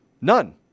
None